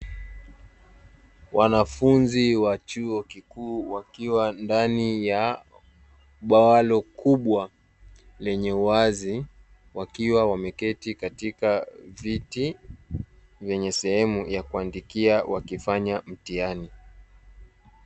Wanafunzi wa chuo kikuu wakiwa ndani ya bwalo kubwa lenye uwazi, wakiwa wameketi katika viti vyenye sehemu ya kuandika wakifanya mtihani.